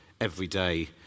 everyday